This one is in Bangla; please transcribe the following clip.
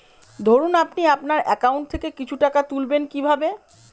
ধরুন আপনি আপনার একাউন্ট থেকে কিছু টাকা তুলবেন কিভাবে?